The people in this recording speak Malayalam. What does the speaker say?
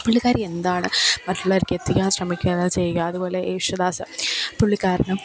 പുള്ളിക്കാരി എന്താണ് മറ്റുള്ളവർക്ക് എത്തിക്കാൻ ശ്രമിക്കുക എന്നത് ചെയ്യുക അതുപോലെ യേശുദാസ് പുള്ളിക്കാരനും